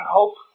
Hope